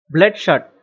Bloodshot